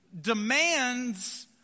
demands